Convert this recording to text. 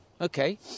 Okay